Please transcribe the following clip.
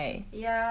ya